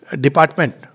department